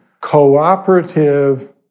cooperative